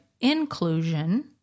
inclusion